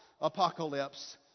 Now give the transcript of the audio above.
apocalypse